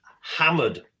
hammered